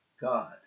God